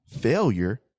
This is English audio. failure